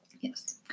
Yes